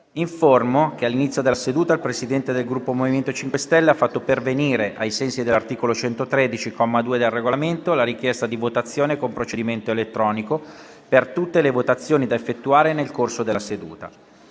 che all'inizio della seduta il Presidente del Gruppo MoVimento 5 Stelleha fatto pervenire, ai sensi dell'articolo 113, comma 2, del Regolamento, la richiesta di votazione con procedimento elettronico per tutte le votazioni da effettuare nel corso della seduta.